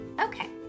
Okay